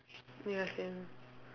ya same